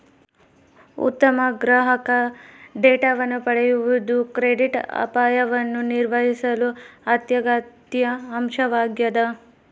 ಉತ್ತಮ ಗ್ರಾಹಕ ಡೇಟಾವನ್ನು ಪಡೆಯುವುದು ಕ್ರೆಡಿಟ್ ಅಪಾಯವನ್ನು ನಿರ್ವಹಿಸಲು ಅತ್ಯಗತ್ಯ ಅಂಶವಾಗ್ಯದ